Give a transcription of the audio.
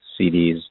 CDs